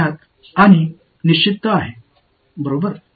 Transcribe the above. வரம்புகள் அறியப்பட்டவை மற்றும் நிர்ணயிக்கப்பட்டது